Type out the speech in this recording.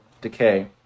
decay